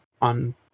on